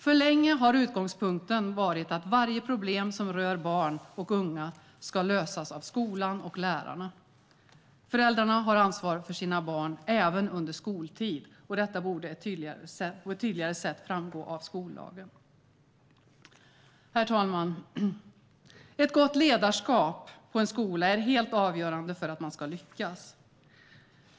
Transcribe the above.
För länge har utgångspunkten varit att varje problem som rör barn och unga ska lösas av skolan och lärarna. Föräldrarna har ansvar för sina barn även under skoltid, och detta borde på ett tydligare sätt framgå av skollagen. Herr talman! Ett gott ledarskap på en skola är helt avgörande för att man ska lyckas.